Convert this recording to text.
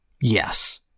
yes